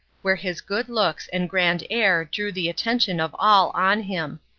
where his good looks and grand air drew the attention of all on him.